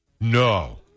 No